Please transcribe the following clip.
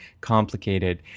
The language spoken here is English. complicated